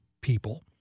people